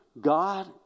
God